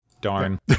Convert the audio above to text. Darn